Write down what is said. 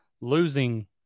losing